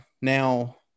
Now